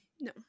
No